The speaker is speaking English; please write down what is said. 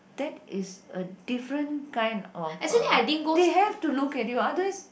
that is a different kind of a they have to look at you otherwise